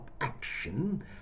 action